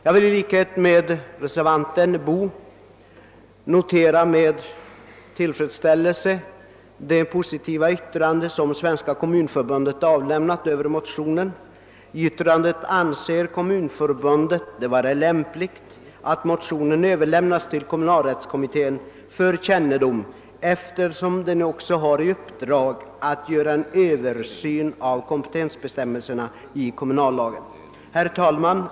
Jag vill i likhet med reservanten herr Boo med tillfredsställelse notera det positiva yttrande som Svenska kommunförbundet avlämnat över motionerna. Kommunförbundet anser det nämligen vara lämpligt att motionerna överlämnas till kommunalrättskommittén för kännedom, eftersom denna också har i uppdrag att göra en översyn av kompetensbestämmelserna i kommunallagen. Herr talman!